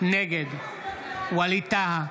נגד ווליד טאהא,